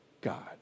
God